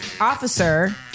officer